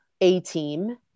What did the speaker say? A-team